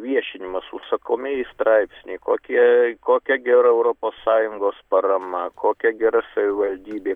viešinimas užsakomieji straipsniai kokie kokia gera europos sąjungos parama kokia gera savivaldybė